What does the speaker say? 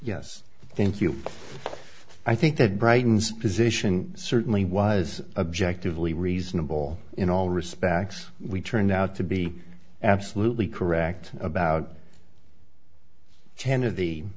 yes thank you i think that brightens position certainly wise objective lee reasonable in all respects we turned out to be absolutely correct about ten